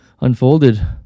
unfolded